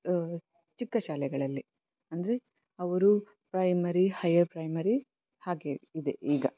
ಚಿಕ್ಕ ಶಾಲೆಗಳಲ್ಲಿ ಅಂದರೆ ಅವರು ಪ್ರೈಮರಿ ಹೈಯರ್ ಪ್ರೈಮರಿ ಹಾಗೆ ಇದೆ ಈಗ